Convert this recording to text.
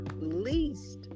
least